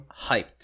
hyped